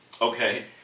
Okay